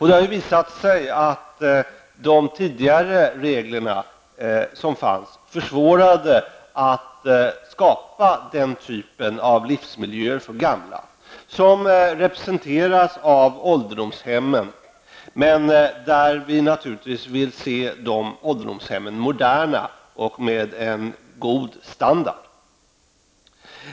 Det har visat sig att de regler som tidigare fanns försämrade möjligheterna att skapa det slags livsmiljöer för gamla som representeras av ålderdomshemmen. Men naturligtvis vill vi att dessa ålderdomshem skall vara moderna och ha en god standard.